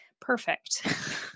Perfect